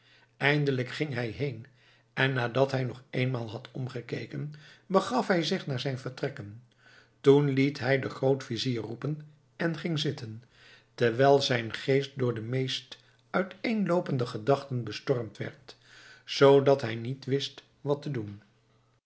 eindelijk ging hij heen en nadat hij nog eenmaal had omgekeken begaf hij zich naar zijn vertrekken toen liet hij den grootvizier roepen en ging zitten terwijl zijn geest door de meest uiteenloopende gedachten bestormd werd zoodat hij niet wist wat te doen